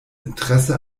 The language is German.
interesse